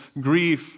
grief